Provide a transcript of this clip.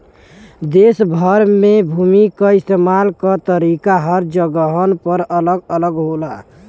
देस भर में भूमि क इस्तेमाल क तरीका हर जगहन पर अलग अलग होला